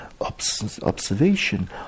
observation